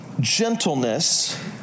gentleness